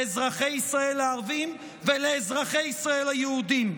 לאזרחי ישראל הערבים ולאזרחי ישראל היהודים,